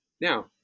now